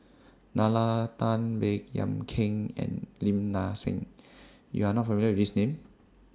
Nalla Tan Baey Yam Keng and Lim Nang Seng YOU Are not familiar with These Names